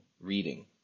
reading